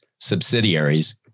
subsidiaries